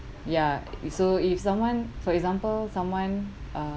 ya it so if someone for example someone uh